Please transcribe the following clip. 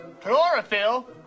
Chlorophyll